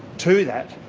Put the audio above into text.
to that,